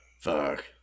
Fuck